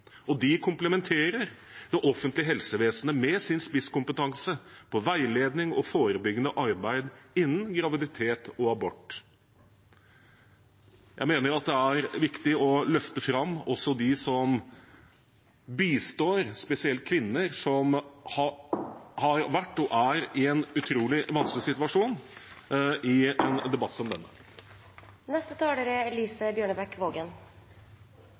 og de komplementerer det offentlige helsevesenet med sin spisskompetanse på veiledning og forebyggende arbeid innen graviditet og abort. Jeg mener det er viktig å løfte fram også dem som bistår, spesielt kvinner, som har vært og er i en utrolig vanskelig situasjon, i en debatt som